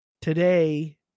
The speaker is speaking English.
today